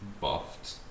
buffed